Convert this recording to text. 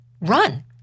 run